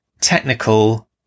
technical